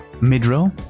Mid-Row